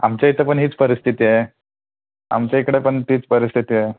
आमच्या इथं पण हीच परिस्थिती आहे आमच्या इकडे पण तीच परिस्थिती आहे